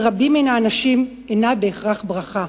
לרבים מן האנשים אינה בהכרח ברכה.